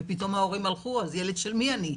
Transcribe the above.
ופתאום ההורים הלכו, אז ילד של מי אני?